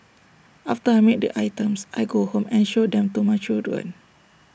after I make the items I go home and show them to my children